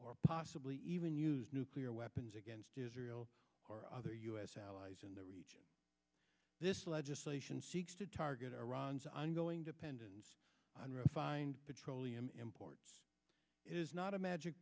or possibly even use nuclear weapons against israel or other u s allies in the region this legislation seeks to target iran's ongoing dependence on refined petroleum imports is not a magic